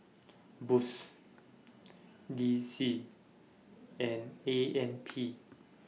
Boost D C and A M P